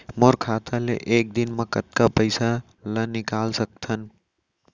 मोर खाता ले एक दिन म कतका पइसा ल निकल सकथन?